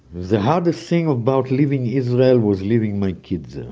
the hardest thing about leaving israel was leaving my kids there.